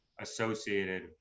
associated